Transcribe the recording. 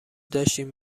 داشتیم